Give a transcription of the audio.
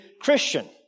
Christian